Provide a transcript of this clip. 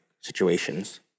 situations